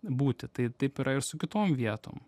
būti tai taip yra ir su kitom vietom